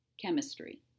chemistry